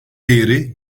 değeri